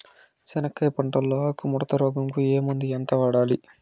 చెనక్కాయ పంట లో ఆకు ముడత రోగం కు ఏ మందు ఎంత వాడాలి?